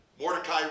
Mordecai